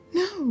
no